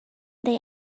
they